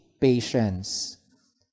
patience